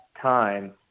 time